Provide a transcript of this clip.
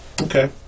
Okay